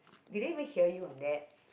did it even hear you on that